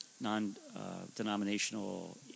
non-denominational